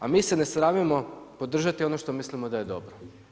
A mi se ne sramimo podržati ono što mislimo da je dobro.